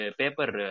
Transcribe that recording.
paper